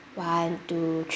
one two three